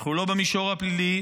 אנחנו לא במישור הפלילי.